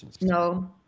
no